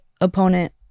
opponent